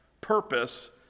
purpose